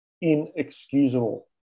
inexcusable